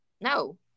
No